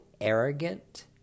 arrogant